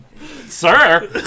Sir